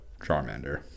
charmander